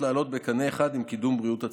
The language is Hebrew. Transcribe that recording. לעלות בקנה אחד עם קידום בריאות הציבור.